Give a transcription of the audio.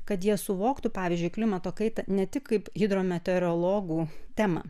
kad jie suvoktų pavyzdžiui klimato kaitą ne tik kaip hidrometeorologų temą